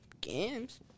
Games